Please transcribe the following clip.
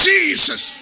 Jesus